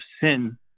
sin